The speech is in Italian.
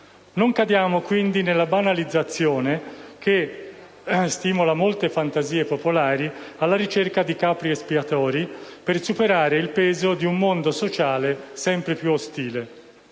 non cadiamo quindi nella banalizzazione, che stimola molte fantasie popolari, alla ricerca di capri espiatori per superare il peso di un mondo sociale sempre più ostile.